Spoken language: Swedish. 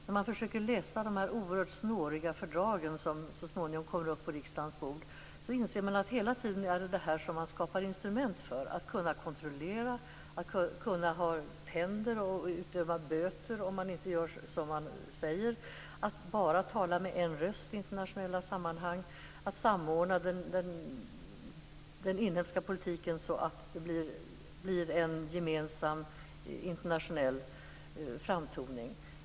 När man försöker läsa de oerhört snåriga fördrag som så småningom kommer på riksdagens bord inser man att det hela tiden skapas instrument för just detta. Det handlar om att kunna kontrollera, att kunna "ha tänder" och att utöva böter om någon inte gör som det sägs att man skall göra. Vidare handlar det om att bara tala med en röst i internationella sammanhang och om att samordna den inhemska politiken så att det blir en gemensam internationell framtoning.